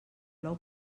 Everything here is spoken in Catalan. plou